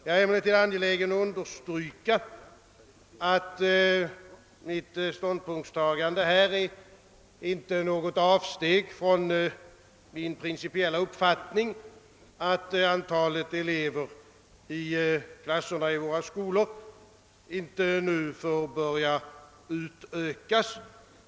Jag är emellertid angelägen om att understryka att mitt ståndpunktstagande i den här frågan inte utgör något avsteg från min principiella uppfattning att elevantalet i våra klasser inte nu får börja utökas.